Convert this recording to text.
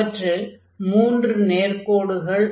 அவற்றில் மூன்று நேர்க்கோடுகள் ஆகும்